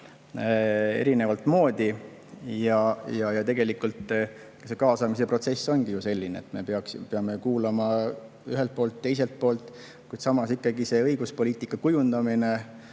erinevat moodi. Tegelikult kaasamise protsess ongi ju selline, et me peaksime kuulama ühte poolt ja teist poolt, kuid samas ikkagi õiguspoliitika kujundamine